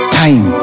time